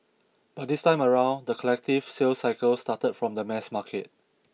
but this time around the collective sales cycle started from the mass market